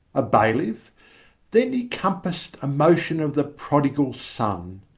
a bailiff then he compassed a motion of the prodigal son,